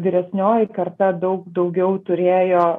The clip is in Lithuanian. vyresnioji karta daug daugiau turėjo